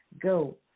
go